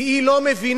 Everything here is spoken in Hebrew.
כי היא לא מבינה.